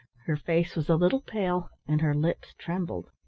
her face was a little pale and her lips trembled.